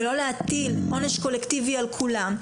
ולא להטיל עונש קולקטיבי על כולם,